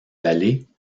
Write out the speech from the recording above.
vallée